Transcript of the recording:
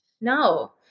No